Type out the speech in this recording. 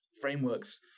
frameworks